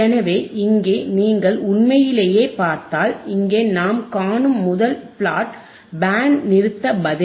எனவே இங்கே நீங்கள் உண்மையிலேயே பார்த்தால் இங்கே நாம் காணும் முதல் பிளாட் பேண்ட் நிறுத்த பதில்